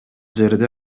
жерде